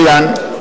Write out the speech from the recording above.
אילן,